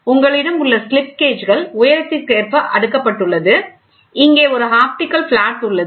உங்களிடம் உள்ள ஸ்லிப் கேஜ்கள் உயரத்திற்கு ஏற்ப அடுக்கப்பட்டுள்ளது இங்கே ஒரு ஆப்டிகல் பிளாட் உள்ளது